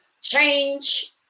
change